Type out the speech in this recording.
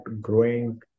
growing